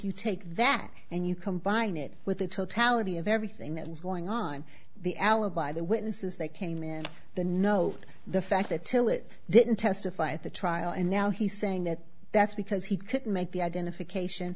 you take that and you combine it with the totality of everything that was going on the alibi the witnesses that came in the note the fact that till it didn't testify at the trial and now he's saying that that's because he couldn't make the identification